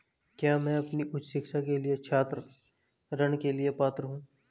क्या मैं अपनी उच्च शिक्षा के लिए छात्र ऋण के लिए पात्र हूँ?